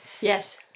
Yes